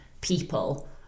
people